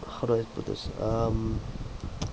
how do I put this um